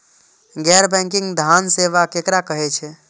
गैर बैंकिंग धान सेवा केकरा कहे छे?